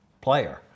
player